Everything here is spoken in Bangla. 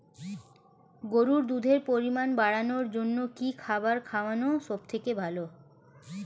গরুর দুধের পরিমাণ বাড়ানোর জন্য কি খাবার খাওয়ানো সবথেকে ভালো?